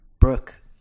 brooke